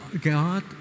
God